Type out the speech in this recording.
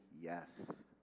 yes